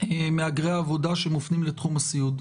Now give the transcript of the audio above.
במהגרי עבודה שמופנים לתחום הסיעוד.